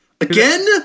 Again